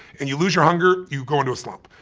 and you lose your hunger, you go into a slump.